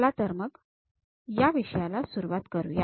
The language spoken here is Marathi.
चला तर मग या विषयाला सुरुवात करुया